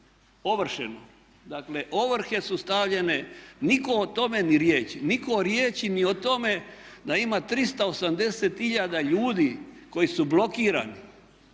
ovrhe su stavljene, nitko o tome ni riječi. Nitko riječi ni o tome da ima 380 hiljada ljudi koji su blokirani,